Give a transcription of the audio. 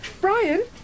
Brian